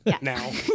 Now